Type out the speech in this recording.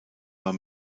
war